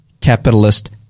capitalist